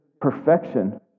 perfection